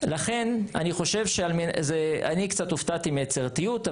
לכן אני חושב, אני קצת הופתעתי מהיצירתיות.